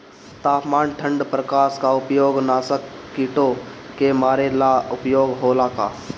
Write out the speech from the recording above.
तापमान ठण्ड प्रकास का उपयोग नाशक कीटो के मारे ला उपयोग होला का?